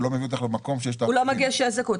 הוא לא מביא אותך למקום --- הוא לא מגיע שיש זכאות.